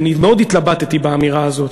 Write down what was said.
אני מאוד התלבטתי באמירה הזאת.